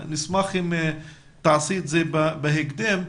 נשמח אם תעשי את זה בהקדם.